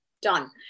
Done